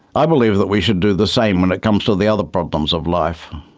i believe that we should do the same when it comes to the other problems of life.